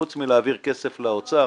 חוץ מלהעביר כסף למשרד האוצר,